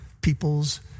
people's